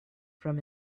from